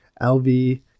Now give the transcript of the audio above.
LV